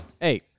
Hey